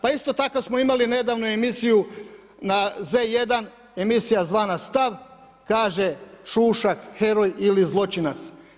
Pa isto tako smo imali nedavno emisiju na Z1, emisija zvana Stav, kaže Šušak, heroj ili zločinac?